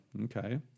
Okay